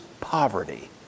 poverty